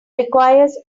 requires